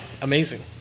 amazing